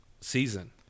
season